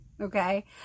Okay